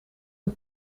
een